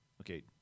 Okay